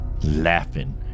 laughing